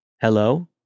Hello